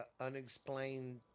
unexplained